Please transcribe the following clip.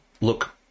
look